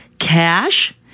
cash